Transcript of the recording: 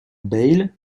bayle